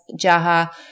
jaha